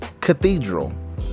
cathedral